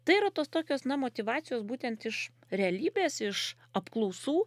tai yra tos tokios na motyvacijos būtent iš realybės iš apklausų